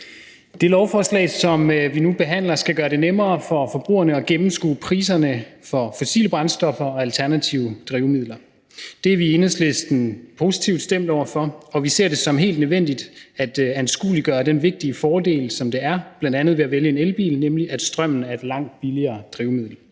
Det lovforslag, som vi nu behandler, skal gøre det nemmere for forbrugerne at gennemskue priserne på fossile brændstoffer og alternative drivmidler. Det er vi i Enhedslisten positivt stemt over for, og vi ser det som helt nødvendigt at anskueliggøre den store fordel, som der bl.a. er ved at vælge en elbil, nemlig at strømmen er et langt billigere drivmiddel.